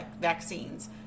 vaccines